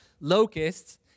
locusts